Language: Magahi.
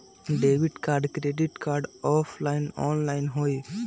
Debit card credit card offline online होई?